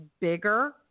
bigger